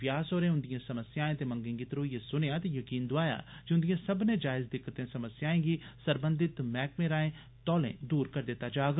व्यास होरें उंदिएं समस्याएं ते मंगें गी धरोइयै सुनेआ ते यकीन दोआया जे उंदिएं सब्बनें जायज दिक्कतें समस्याएं गी सरबंधित मैहकमें राएं तौले दूर करी दित्ता जाग